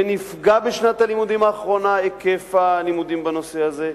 ונפגע בשנת הלימודים האחרונה היקף הלימודים בנושא הזה.